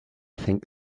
think